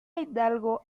hidalgo